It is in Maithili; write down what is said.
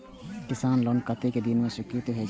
किसान लोन कतेक दिन में स्वीकृत होई छै?